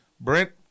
Brent